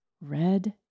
red